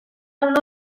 uno